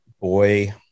boy